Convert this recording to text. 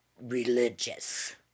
religious